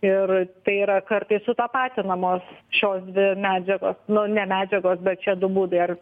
ir tai yra kartais sutapatinamos šios dvi medžiagos nu ne medžiagos bet šie du būdai ar